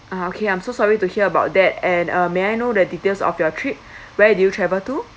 ah okay I'm so sorry to hear about that and uh may I know the details of your trip where did you travel to